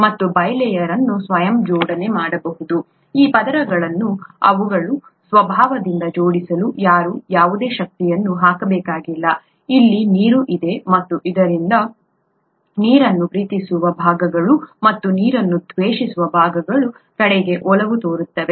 ಮತ್ತು ಈ bilayer ಅನ್ನು ಸ್ವಯಂ ಜೋಡಣೆ ಮಾಡಬಹುದು ಈ ಪದರಗಳನ್ನು ಅವುಗಳ ಅಣುಗಳ ಸ್ವಭಾವದಿಂದ ಜೋಡಿಸಲು ಯಾರೂ ಯಾವುದೇ ಶಕ್ತಿಯನ್ನು ಹಾಕಬೇಕಾಗಿಲ್ಲ ಇಲ್ಲಿ ನೀರು ಇದೆ ಮತ್ತು ಆದ್ದರಿಂದ ನೀರನ್ನು ಪ್ರೀತಿಸುವ ಭಾಗಗಳು ಮತ್ತು ನೀರನ್ನು ದ್ವೇಷಿಸುವ ಭಾಗಗಳ ಕಡೆಗೆ ಒಲವು ತೋರುತ್ತವೆ